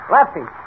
Lefty